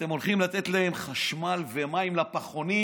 ואתם הולכים לתת להם חשמל ומים לפחונים.